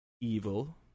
evil